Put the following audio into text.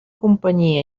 companyia